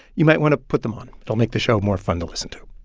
you might want to put them on. it'll make the show more fun to listen to